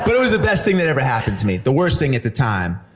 but it was the best thing that ever happened to me. the worst thing at the time,